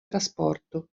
trasporto